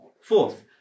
Fourth